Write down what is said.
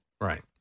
Right